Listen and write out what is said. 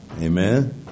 Amen